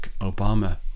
Obama